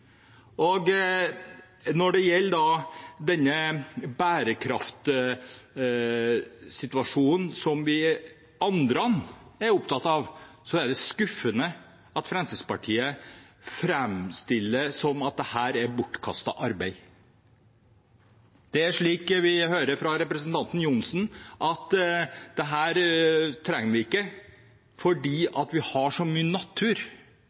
vilkår. Når det da gjelder denne bærekraftsituasjonen – som vi andre er opptatt av – er det skuffende at Fremskrittspartiet framstiller det som at dette er bortkastet arbeid. Det er det vi hører fra representanten Johnsen, at dette trenger vi ikke fordi vi har så mye natur